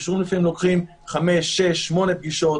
גישורים לפעמים לוקחים חמש, שש, שמונה פגישות.